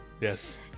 Yes